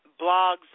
blogs